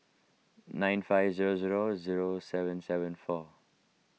nine five zero zero zero seven seven four